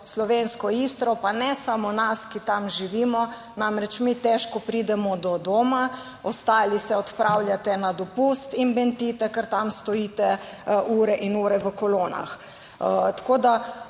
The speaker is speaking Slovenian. slovensko Istro, pa ne samo nas, ki tam živimo, namreč, mi težko pridemo do doma, ostali se odpravljate na dopust in bentite, ker tam stojite ure in ure v kolonah.